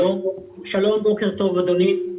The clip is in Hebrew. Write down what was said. שלום, בוקר טוב, אדוני,